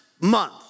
month